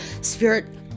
spirit